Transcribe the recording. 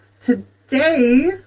Today